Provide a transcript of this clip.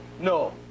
No